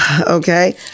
Okay